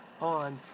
on